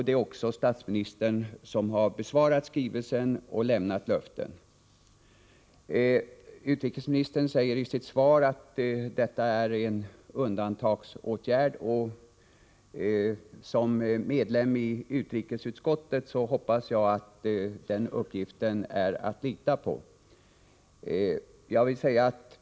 Det är också statsministern som har besvarat skrivelsen och lämnat löften. Utrikesministern säger i sitt svar att detta är en undantagsåtgärd. Som ledamot av utrikesutskottet hoppas jag att den uppgiften är att lita på.